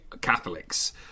Catholics